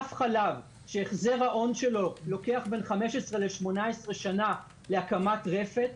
ענף חלב שהחזר ההון שלו לוקח בין 15 ל-18 שנה להקמת רפת,